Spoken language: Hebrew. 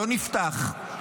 לא נפתח,